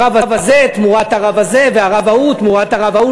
הרב הזה תמורת הרב הזה והרב ההוא תמורת הרב ההוא.